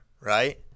right